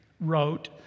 wrote